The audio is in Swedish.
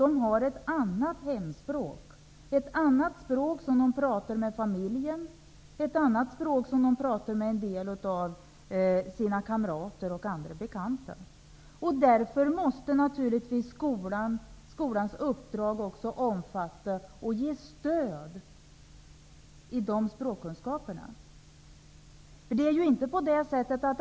De har ett annat språk, som de pratar med familjen, ett språk som de pratar med en del av sina kamrater och andra bekanta. Därför måste naturligtvis skolans uppdrag också omfatta att ge stöd i fråga om de språkkunskaperna.